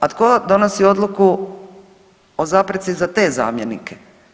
A tko donosi odluku o zapreci za te zamjenike?